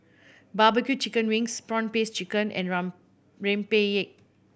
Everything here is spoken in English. bbq chicken wings prawn paste chicken and rempeyek